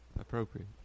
Appropriate